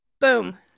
boom